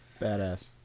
Badass